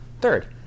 Third